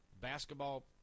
Basketball